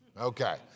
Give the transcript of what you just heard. Okay